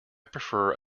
prefer